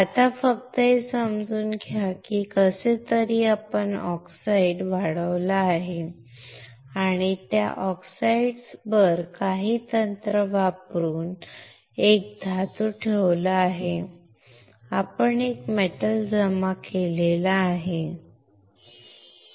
आत्ता फक्त हे समजून घ्या की कसेतरी आपण ऑक्साईड वाढवला आहे आणि त्या ऑक्साईडवर काही तंत्र वापरून आपण एक धातू ठेवला आहे आपण एक मेटल जमा केला आहे ठीक आहे